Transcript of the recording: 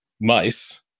mice